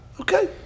okay